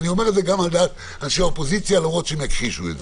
אני אומר את זה עם על דעת אנשי האופוזיציה למרות שהם יכחישו את זה.